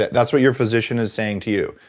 yeah that's what your physician is saying to you.